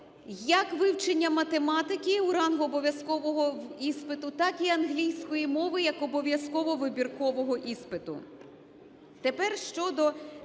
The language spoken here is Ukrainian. як вивчення математики у ранг обов'язкового іспиту, так і англійської мови як обов'язково вибіркового іспиту.